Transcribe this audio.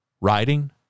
writing